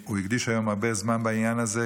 הוא הקדיש היום הרבה זמן לעניין הזה,